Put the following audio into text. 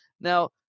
Now